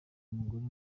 umugore